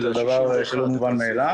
שזה דבר שלא מובן מאליו.